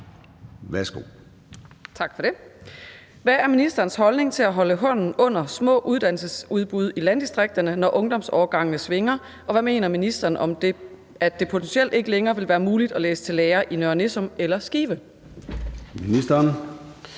Hvad er ministerens holdning til at holde hånden under små uddannelsesudbud i landdistrikterne, når ungdomsårgangene svinger, og hvad mener ministeren om, at det potentielt ikke længere vil være muligt at læse til lærer i Nørre Nissum eller Skive?